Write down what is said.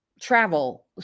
travel